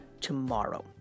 tomorrow